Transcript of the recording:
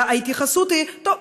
וההתייחסות היא: טוב,